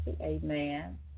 Amen